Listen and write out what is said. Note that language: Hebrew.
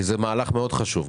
זה מהלך מאוד חשוב.